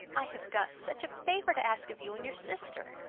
i have got such a favour to ask of you and your sister.